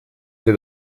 sie